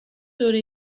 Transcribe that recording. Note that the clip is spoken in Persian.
دوره